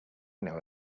know